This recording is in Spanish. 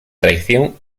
traición